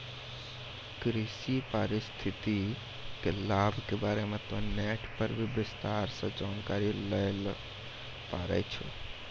कृषि पारिस्थितिकी के लाभ के बारे मॅ तोहं नेट पर भी विस्तार सॅ जानकारी लै ल पारै छौ